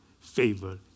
favor